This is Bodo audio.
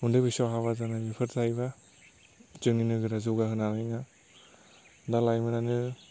उन्दै बैसोआव हाबा जानाय बेफोर थायोबा जोंनि नोगोरा जौगा होनो हानाय नङा दा लाइमोनआनो